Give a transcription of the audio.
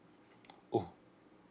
oh